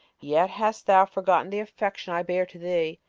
yet hast thou forgotten the affection i bare to thee,